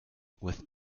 with